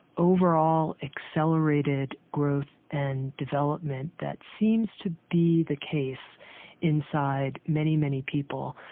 overall accelerated growth and development that seems to be the case inside many, many people,